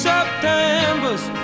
September's